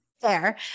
Fair